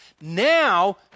Now